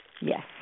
Yes